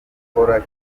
akora